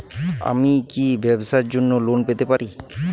আমি কি ব্যবসার জন্য লোন পেতে পারি?